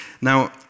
Now